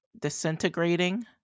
disintegrating